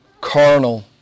carnal